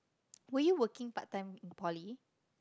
were you working part time in poly